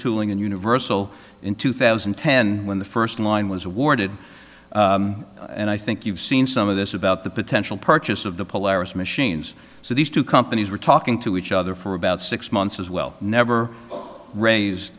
tooling and universal in two thousand and ten when the first line was awarded and i think you've seen some of this about the potential purchase of the polaris machines so these two companies were talking to each other for about six months as well never raise